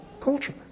culture